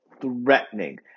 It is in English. threatening